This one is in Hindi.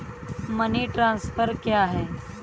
मनी ट्रांसफर क्या है?